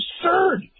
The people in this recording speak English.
absurd